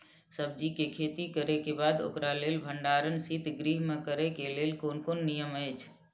सब्जीके खेती करे के बाद ओकरा लेल भण्डार शित गृह में करे के लेल कोन कोन नियम अछि?